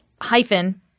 Hyphen